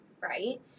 right